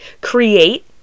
Create